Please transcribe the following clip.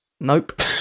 Nope